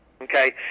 Okay